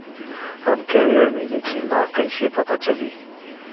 हमके ऋण मिली कि ना कैसे पता चली?